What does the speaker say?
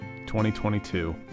2022